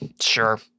Sure